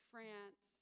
France